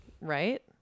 right